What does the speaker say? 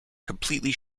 completely